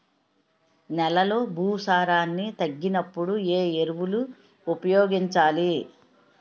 నెలలో భూసారాన్ని తగ్గినప్పుడు, ఏ ఎరువులు ఉపయోగించాలి?